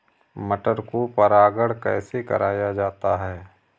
मटर को परागण कैसे कराया जाता है?